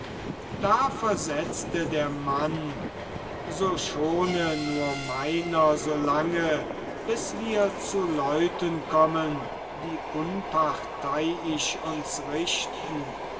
da versetzte der mann so schone nur meiner so lange bis wir zu leuten kommen die unparteiisch uns richten